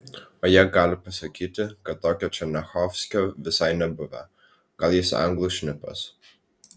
o jie gali pasakyti kad tokio černiachovskio visai nebuvę gal jis anglų šnipas